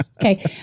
Okay